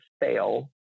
fail